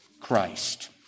Christ